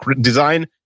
design